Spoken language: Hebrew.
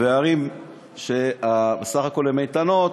וערים שסך הכול הן איתנות,